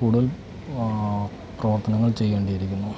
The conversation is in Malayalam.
കൂടുതൽ പ്രവർത്തനങ്ങൾ ചെയ്യേണ്ടിയിരിക്കുന്നു